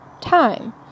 time